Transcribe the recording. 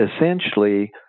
essentially